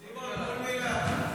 סימון, כל מילה.